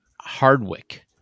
Hardwick